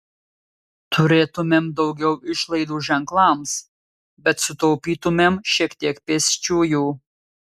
turėtumėm daugiau išlaidų ženklams bet sutaupytumėm šiek tiek pėsčiųjų